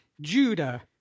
Judah